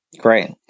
Great